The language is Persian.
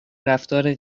رفتار